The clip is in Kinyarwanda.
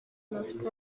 bafite